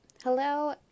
Hello